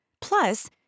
Plus